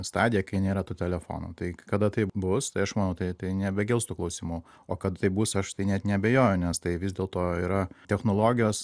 stadiją kai nėra tų telefonų tai kada taip bus tai aš manau tai tai nebekils tų klausimų o kad taip bus aš tai net neabejoju nes tai vis dėlto yra technologijos